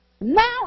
Now